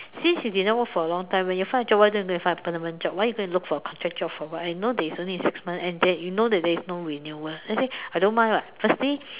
since you didn't work for a long time when you find a job why don't you go and find a permanent job why you go and look for a contract job for what and you know it's only six month and you know there is no renewal then I say I don't mind [what] firstly